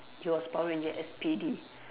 it was power ranger S_P_D